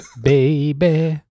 Baby